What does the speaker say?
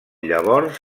llavors